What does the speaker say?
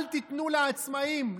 אל תיתנו לעצמאים,